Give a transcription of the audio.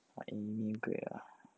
!wah! immigrate ah